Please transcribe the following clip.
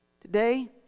Today